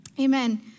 Amen